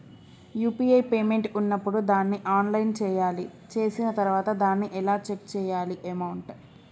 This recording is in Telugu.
యూ.పీ.ఐ పేమెంట్ ఉన్నప్పుడు దాన్ని ఎలా ఆన్ చేయాలి? చేసిన తర్వాత దాన్ని ఎలా చెక్ చేయాలి అమౌంట్?